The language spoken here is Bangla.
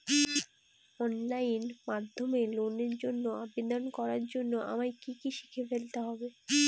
অনলাইন মাধ্যমে লোনের জন্য আবেদন করার জন্য আমায় কি কি শিখে ফেলতে হবে?